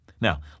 Now